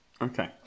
Okay